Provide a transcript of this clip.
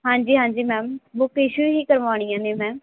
ਹਾਂਜੀ ਹਾਂਜੀ ma'am book issue ਹੀ ਕਰਵਾਉਣੀਆਂ ਨੇ ਮੈਮ